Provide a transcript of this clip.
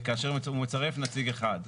כאשר הוא מצרף נציג אחד.